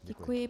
Děkuji.